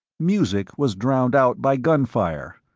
music was drowned out by gunfire,